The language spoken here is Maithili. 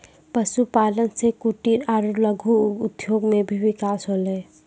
पशुपालन से कुटिर आरु लघु उद्योग मे भी बिकास होलै